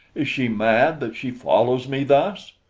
is she mad that she follows me thus?